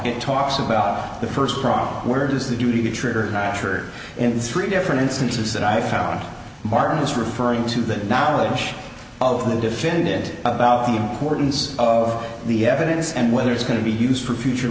it talks about the first prong where it is the duty to trigger a notch or in three different instances that i found martin is referring to the knowledge of the defendant about the importance of the evidence and whether it's going to be used for future